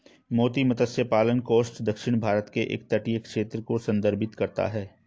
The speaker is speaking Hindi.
मोती मत्स्य पालन कोस्ट दक्षिणी भारत के एक तटीय क्षेत्र को संदर्भित करता है